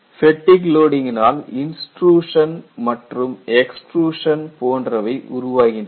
fatigue லோடிங்கினால் intrusion மற்றும் extrusion போன்றவை உருவாகின்றன